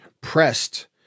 pressed